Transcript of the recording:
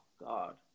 God